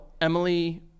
Emily